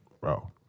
bro